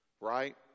right